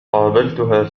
قابلتها